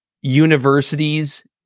universities